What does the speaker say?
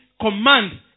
command